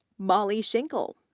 mollie shinkle,